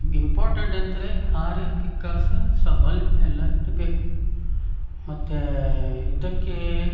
important ಅಂದರೆ ಹಾರೆ ಪಿಕ್ಕಾಸು ಸಬ್ಬಲ್ ಎಲ್ಲ ಇದು ಬೇಕು ಮತ್ತೆ ಇದಕ್ಕೆ